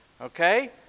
okay